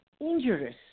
injurious